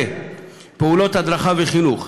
ובכלל זה פעולות הדרכה וחינוך,